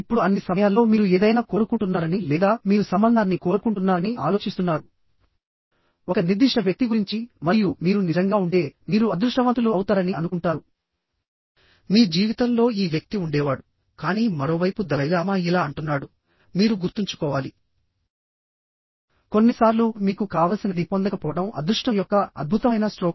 ఇప్పుడు అన్ని సమయాల్లో మీరు ఏదైనా కోరుకుంటున్నారని లేదా మీరు సంబంధాన్ని కోరుకుంటున్నారని ఆలోచిస్తున్నారు ఒక నిర్దిష్ట వ్యక్తి గురించి మరియు మీరు నిజంగా ఉంటే మీరు అదృష్టవంతులు అవుతారని అనుకుంటారు మీ జీవితంలో ఈ వ్యక్తి ఉండేవాడు కానీ మరోవైపు దలైలామా ఇలా అంటున్నాడు మీరు గుర్తుంచుకోవాలి కొన్నిసార్లు మీకు కావలసినది పొందకపోవడం అదృష్టం యొక్క అద్భుతమైన స్ట్రోక్